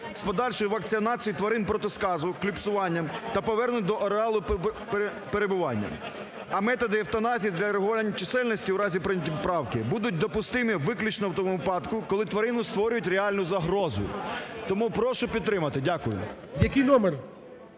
з подальшою вакцинацією тварин проти сказу клюксуванням та повернення до ареалу перебування. А методи евтаназії для регулювання чисельності у разі прийняття поправки будуть допустимі виключно в тому випадку, коли тварини створюють реальну загрозу. Тому прошу підтримати. Дякую.